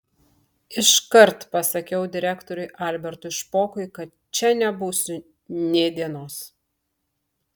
iškart pasakiau direktoriui albertui špokui kad čia nebūsiu nė dienos